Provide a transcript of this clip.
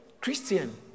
Christian